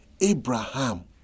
Abraham